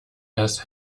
das